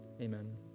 amen